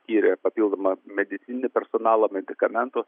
skyrė papildomą medicininį personalą medikamentų